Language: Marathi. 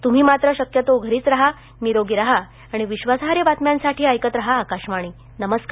तुम्ही मात्र शक्यतो घरीच राहा निरोगी राहा आणि विश्वासार्ह बातम्यांसाठी ऐकत राहा आकाशवाणी नमस्कार